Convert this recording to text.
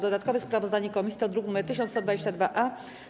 Dodatkowe sprawozdanie komisji to druk nr 1122-A.